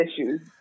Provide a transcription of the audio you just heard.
issues